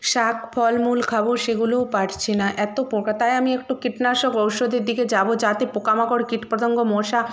শাক ফলমূল খাব সেগুলোও পারছি না এত পোকা তাই আমি একটু কীটনাশক ঔষধের দিকে যাব যাতে পোকামাকড় কীটপতঙ্গ মশা